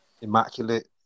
immaculate